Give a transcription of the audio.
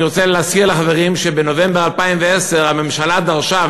אני רוצה להזכיר לחברים שבנובמבר 2010 הממשלה דרשה,